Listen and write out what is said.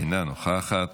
אינה נוכחת.